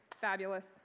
fabulous